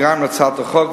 להצעת החוק,